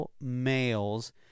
males